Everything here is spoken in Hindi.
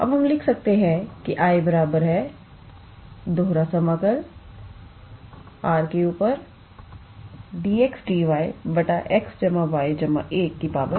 अब हम लिख सकते हैं कि 𝐼 R 𝑑𝑥𝑑𝑦𝑥𝑦1 2 है